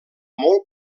molt